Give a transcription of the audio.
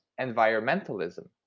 environmentalism